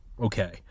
Okay